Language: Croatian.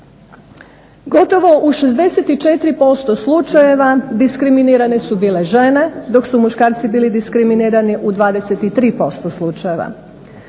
Gotovo u 64% slučajeva diskriminirane su bile žene dok su muškarci bili diskriminirani u 23% slučajeva.